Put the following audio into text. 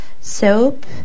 soap